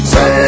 Say